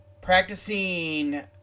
practicing